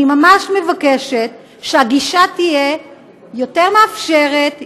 אני ממש מבקשת שהגישה תהיה יותר מאפשרת,